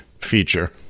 feature